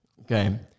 Okay